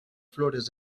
flores